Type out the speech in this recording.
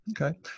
Okay